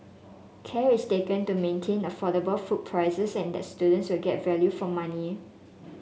care is taken to maintain affordable food prices and that students will get value for money